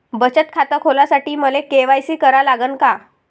बचत खात खोलासाठी मले के.वाय.सी करा लागन का?